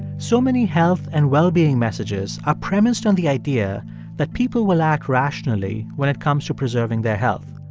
so many health and well-being messages are premised on the idea that people will act rationally when it comes to preserving their health.